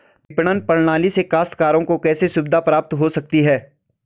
विपणन प्रणाली से काश्तकारों को कैसे सुविधा प्राप्त हो सकती है?